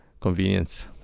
Convenience